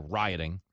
rioting